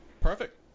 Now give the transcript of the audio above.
Perfect